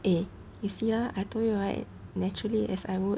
eh you see ah I told you right naturally as I work